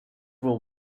will